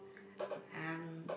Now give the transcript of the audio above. uh